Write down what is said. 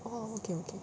orh okay okay